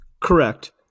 Correct